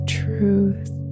truth